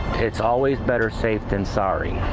it's always better safe than sorry.